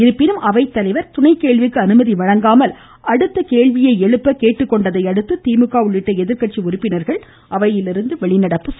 இருப்பினும் அவைத்தலைவர் துணைக்கேள்விக்கு அனுமதி வழங்காமல் அடுத்த கேள்வி எழுப்ப கேட்டுக்கொண்டதையடுத்து திமுக உள்ளிட்ட எதிர்க்கட்சி உறுப்பினர்கள் அவையிலிருந்து வெளியேறின்